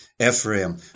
Ephraim